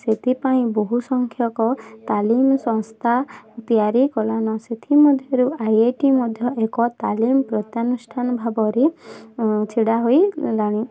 ସେଥିପାଇଁ ବହୁସଂଖ୍ୟକ ତାଲିମ ସଂସ୍ଥା ତିଆରି କଲାଣି ସେଥିମଧ୍ୟରୁ ଆଇ ଆଇ ଟି ମଧ୍ୟ ଏକ ତାଲିମ ପ୍ରତ୍ୟାନୁଷ୍ଠାନ ଭାବରେ ଛିଡ଼ା ହୋଇଗଲାଣି